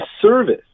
service